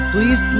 Please